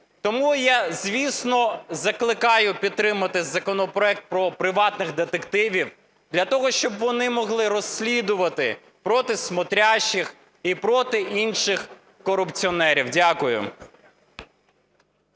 Тому я, звісно, закликаю підтримати законопроект про приватних детективів, для того щоб вони могли розслідувати проти "смотрящих" і проти інших корупціонерів. Дякую.